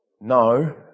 No